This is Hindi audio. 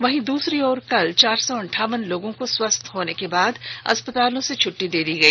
वहीं दूसरी ओर कल चार सौ अंठावन लोगों को स्वस्थ होने के बाद अस्पतालों से छुट्टी दे दी गई